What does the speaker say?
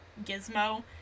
gizmo